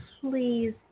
please